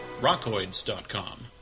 rockoids.com